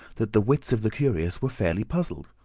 that the wits of the curious were fairly puzzled.